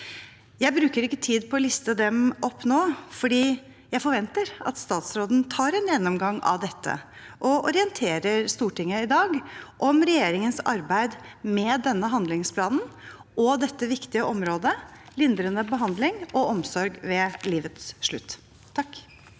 Jeg bruker ikke tid på å liste dem opp nå, for jeg forventer at statsråden tar en gjennomgang av dette og i dag orienterer Stortinget om regjeringens arbeid med handlingsplanen og dette viktige området – lindrende behandling og omsorg ved livets slutt.